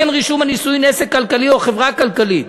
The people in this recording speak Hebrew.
אין רישום הנישואין עסק כלכלי או חברה כלכלית.